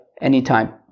anytime